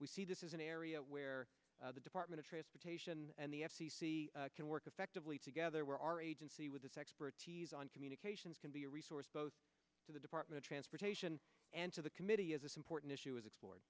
we see this is an area where the department of transportation and the f c c can work effectively together where our agency with this expertise on communications can be a resource both to the department of transportation and to the committee as important issue is explor